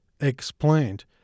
explained